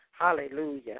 Hallelujah